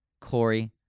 Corey